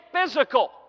physical